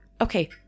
Okay